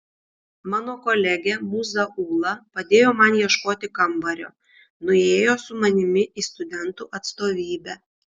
mano kolegė mūza ūla padėjo man ieškoti kambario nuėjo su manimi į studentų atstovybę